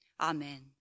Amen